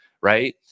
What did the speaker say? right